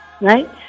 right